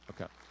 Okay